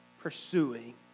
pursuing